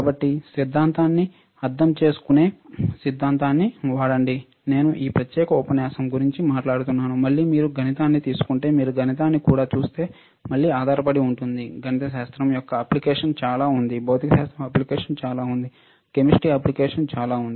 కాబట్టి సిద్ధాంతాన్ని అర్థం చేసుకునే సిద్ధాంతాన్ని వాడండి నేను ఈ ప్రత్యేక ఉపన్యాసం గురించి మాట్లాడుతున్నాను మళ్ళీ మీరు గణితాన్ని తీసుకుంటే మీరు గణితాన్ని కూడా చూస్తే మళ్ళీ ఆధారపడి ఉంటుంది గణితశాస్త్రం యొక్క అప్లికేషన్ చాలా ఉంది భౌతికశాస్త్రం అప్లికేషన్ చాలా ఉంది కెమిస్ట్రీ అప్లికేషన్ చాలా ఉంది